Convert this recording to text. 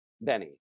Benny